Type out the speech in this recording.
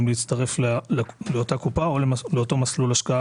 להצטרף לאותה קופה או לאותו מסלול ההשקעה,